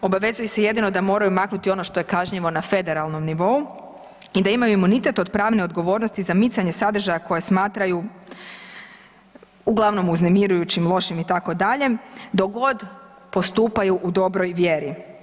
Obavezuju se jedino da moraju maknuti ono što je kažnjivo na federalnom nivou i da imaju imunitet od pravne odgovornosti za micanje sadržaja koje smatraju, uglavnom, uznemirujućim, lošim, itd., dok god postupaju u dobroj vjeri.